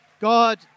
God